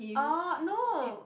oh no